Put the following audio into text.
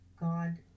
God